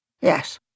Yes